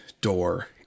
door